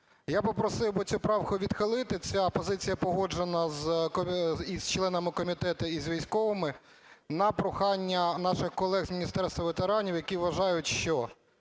я би просив би цю правку відхилити, ця позиція погоджена і з членами комітету, і з військовими, на прохання наших колег з Міністерства ветеранів, які вважають, що